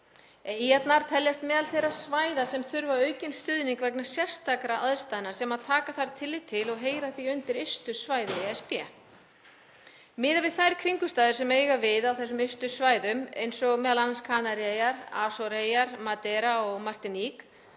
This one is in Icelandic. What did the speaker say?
Eyjarnar teljast meðal þeirra svæða sem þurfa aukinn stuðning vegna sérstakra aðstæðna sem taka þarf tillit til og heyra því undir ystu svæði ESB. Miðað við þær kringumstæður sem eiga við á þessum ystu svæðum, eins og m.a. á Kanaríeyjum, Asoreyjum, Madeira og Martinique,